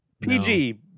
PG